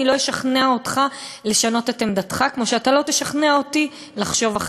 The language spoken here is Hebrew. אני לא אשכנע אותך לשנות את עמדתך כמו שאתה לא תשכנע אותי לחשוב אחרת.